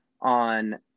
on